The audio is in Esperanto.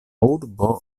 urbo